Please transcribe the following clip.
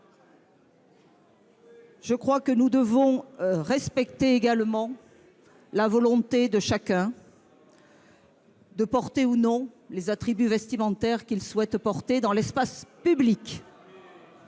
Je crois que nous devons respecter également la volonté de chacun de porter ou non les attributs vestimentaires qu'il souhaite dans l'espace public.